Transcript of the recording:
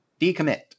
decommit